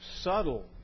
subtle